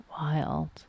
Wild